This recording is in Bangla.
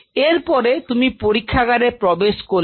এর পরে তুমি পরীক্ষাগারে প্রবেশ করলে